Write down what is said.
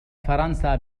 فرنسا